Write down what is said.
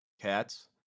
CATS